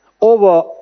over